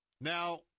Now